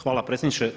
Hvala predsjedniče.